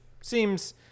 Seems